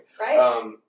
Right